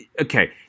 Okay